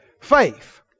faith